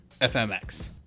FMX